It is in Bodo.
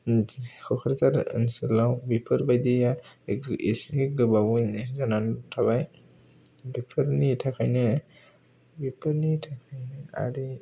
क'कराझार ओनसोलाव बेफोरबायदिया एसे गोबावैनो जानानै थाबाय बेफोरनि थाखायनो बेफोरनि थाखायनो आरो